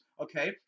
okay